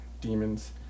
demons